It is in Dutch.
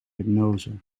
hypnose